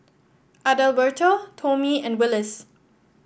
Adalberto Tomie and Willis